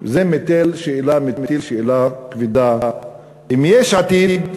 זה מטיל שאלה כבדה אם יש עתיד,